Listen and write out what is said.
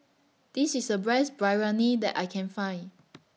This IS The breast Biryani that I Can Find